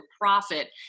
profit